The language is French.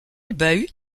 bahut